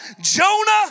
Jonah